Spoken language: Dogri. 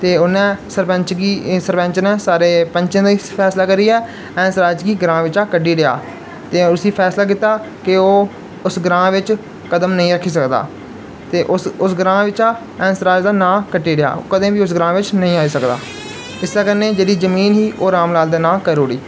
ते उन्नै सरपैंच गी सरपैंच सारे पैंचें दा फैसला करियै हैंस राज गी ग्रांऽ बिच्चा कड्ढी ओड़ेआ ते उसी फैसला कीता के ओह् उस ग्रांऽ बिच्च कदम नेईं रक्खी सकदा ते उस उस ग्रांऽ बिच्चा हैंस राज दा नांऽ कट्टी ओड़ेआ ओह् कदें बी उश ग्रांऽ बिच्च निं आई सकदा इसदे कन्नै जेह्ड़ी जमीन ही ओह् राम लाल दे नांऽ करी ओड़ी